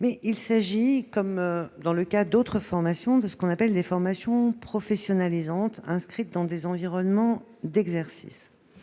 Cependant, il s'agit ici de ce que l'on appelle des formations « professionnalisantes », inscrites dans des environnements d'exercice.